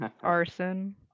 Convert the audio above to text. Arson